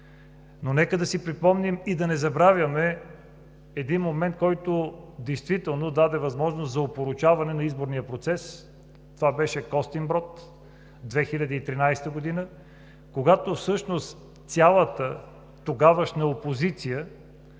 Но нека да си припомним и да не забравяме един момент, който действително даде възможност за опорочаване на изборния процес – беше Костинброд, през 2013 г., когато всъщност цялата тогавашна опозиция